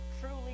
truly